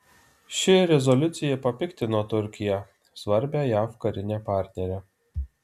ši rezoliucija papiktino turkiją svarbią jav karinę partnerę